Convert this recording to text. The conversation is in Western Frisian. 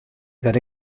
dat